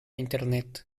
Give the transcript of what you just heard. internet